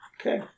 Okay